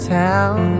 town